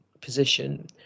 position